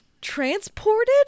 transported